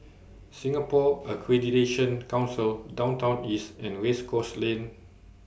Singapore Accreditation Council Downtown East and Race Course Lane